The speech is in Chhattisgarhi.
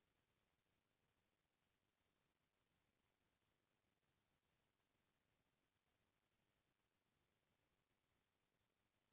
खेती किसानी के काम होवय या मनखे के गुजर बसर पानी के जरूरत तो मनसे ल बरोबर पड़बे करथे